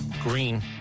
Green